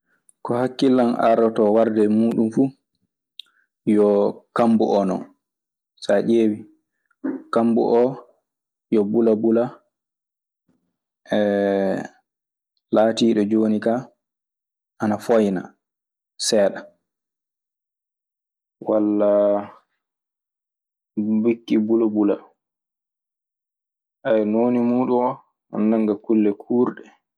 Ko hakkillan ardotoo warde e muuɗun fu yo kambu oo non. Saa ƴeewii kambu oo yo bulabula laatiiɗo jooni kaa ana fooyna seeɗa. Wallaa bikki bulabula. Noone muuɗun oo ana nannga kulle kuurɗe.